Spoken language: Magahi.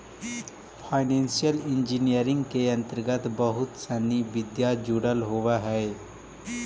फाइनेंशियल इंजीनियरिंग के अंतर्गत बहुत सनि विधा जुडल होवऽ हई